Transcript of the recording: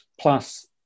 Plus